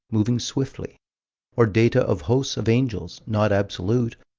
moving swiftly or data of hosts of angels, not absolute,